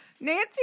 Nancy